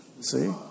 See